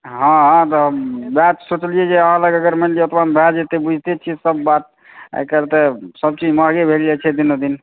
ठीके छै तऽ